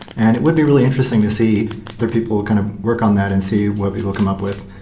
and it would be really interesting to see their people kind of work on that and see what we will come up with.